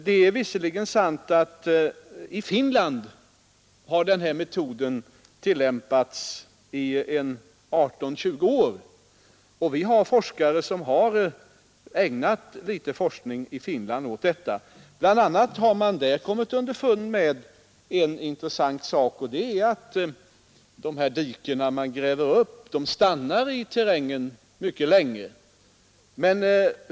Det är visserligen sant att den här metoden har tillämpats 18—20 år i Finland, och forskare i Finland har arbetat med detta. Bl. a. har man där kommit underfund med en intressant sak, nämligen att de diken som grävs upp stannar mycket länge i terrängen.